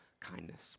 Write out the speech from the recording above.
kindness